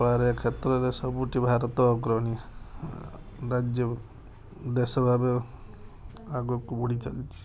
କଳାରେ କ୍ଷେତ୍ରରେ ସବୁଠି ଭାରତ ଅଗ୍ରଣି ରାଜ୍ୟ ଦେଶ ଭାବେ ଆଗକୁ ବଢ଼ି ଚାଲିଛି